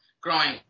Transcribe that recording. growing